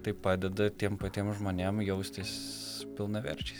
tai padeda tiem patiem žmonėm jaustis pilnaverčiais